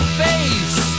face